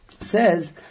says